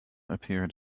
appeared